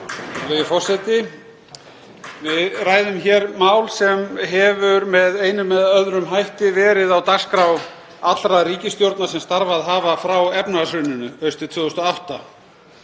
forseti. Við ræðum hér mál sem hefur með einum eða öðrum hætti verið á dagskrá allra ríkisstjórna sem starfað hafa frá efnahagshruninu haustið 2008.